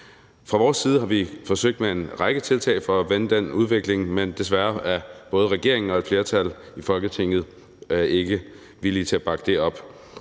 Fra vores side har vi forsøgt med en række tiltag for at vende den udvikling, men desværre er både regeringen og et flertal i Folketinget ikke villige til at bakke det op.